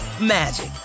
magic